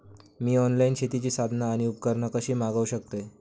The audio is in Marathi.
मी ऑनलाईन शेतीची साधना आणि उपकरणा कशी मागव शकतय?